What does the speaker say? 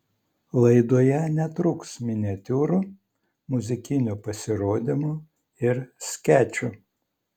laidoje netruks miniatiūrų muzikinių pasirodymų ir skečų